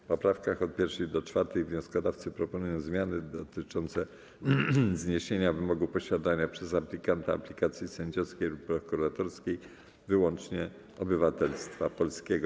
W poprawkach od 1. do 4. wnioskodawcy proponują zmiany dotyczące zniesienia wymogu posiadania przez aplikanta aplikacji sędziowskiej lub prokuratorskiej wyłącznie obywatelstwa polskiego.